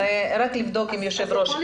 רק לבדוק עם היושב ראש לגבי מחר.